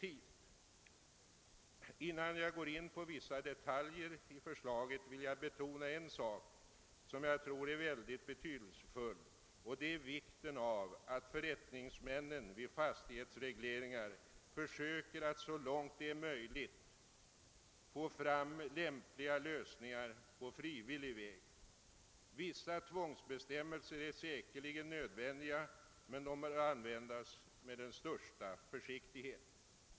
Innan jag går in på vissa detaljer i förslaget vill jag betona en sak som jag tror är mycket betydelsefull, nämligen vikten av att förrättningsmännen vid fastighetsregleringar så långt det är möjligt försöker få fram lämpliga lösningar på frivillig väg. Vissa tvångsbestämmelser är säkerligen nödvändiga, men de bör användas med den största försiktighet.